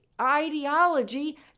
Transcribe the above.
ideology